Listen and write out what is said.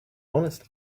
honest